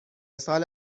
سال